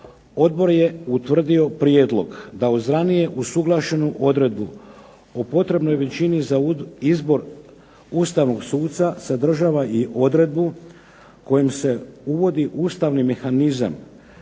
odbor je utvrdio prijedlog da uz ranije usuglašenu odredbu o potrebnoj većini za izbor ustavnog suca sadržava i odredbu kojom se uvodi ustavni mehanizam